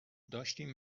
داشتیم